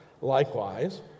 Likewise